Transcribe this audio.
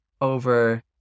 over